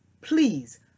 please